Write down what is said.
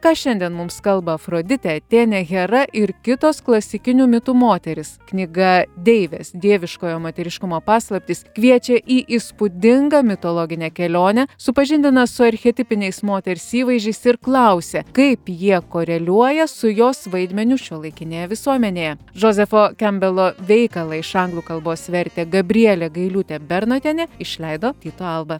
ką šiandien mums kalba afroditė atėnė hera ir kitos klasikinių mitų moterys knyga deivės dieviškojo moteriškumo paslaptys kviečia į įspūdingą mitologinę kelionę supažindina su archetipiniais moters įvaizdžiais ir klausia kaip jie koreliuoja su jos vaidmeniu šiuolaikinėje visuomenėje džozefo kembelo veikalą iš anglų kalbos vertė gabrielė gailiūtė bernotienė išleido tyto alba